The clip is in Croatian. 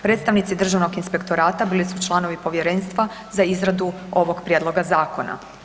Predstavnici Državnog inspektorata bili su članovi povjerenstva za izradu ovog prijedloga zakona.